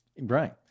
Right